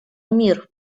мир